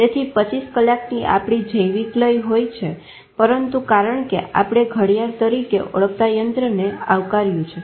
તેથી 25 કલાકની આપણી જૈવિક લય હોય છે પરંતુ કારણ કે આપણે ઘડિયાળ તરીકે ઓળખાતા યંત્રને આવકાયરુ છે